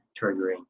triggering